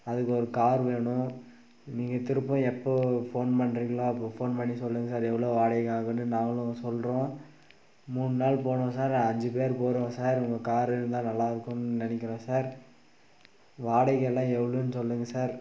அதுக்கு ஒரு கார் வேணும் நீங்கள் திருப்பும் எப்போது ஃபோன் பண்றீங்களோ அப்போது ஃபோன் பண்ணி சொல்லுங்கள் சார் எவ்வளோ வாடகை ஆகுன்னு நாங்களும் சொல்கிறோம் மூணு நாள் போகணும் சார் அஞ்சு பேரு போகறோம் சார் உங்கள் கார் இருந்தால் நல்லாருக்குன்னு நினைக்கிறோம் சார் வாடகை எல்லாம் எவ்வளோன் சொல்லுங்கள் சார்